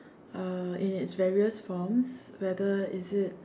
uh in it's various forms whether is it